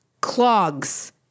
clogs